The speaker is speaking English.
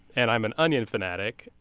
and i'm an onion fanatic,